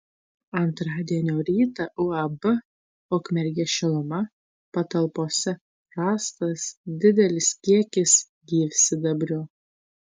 antradienio rytą uab ukmergės šiluma patalpose rastas didelis kiekis gyvsidabrio